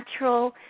natural